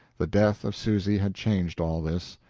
the death of susy had changed all this.